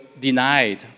denied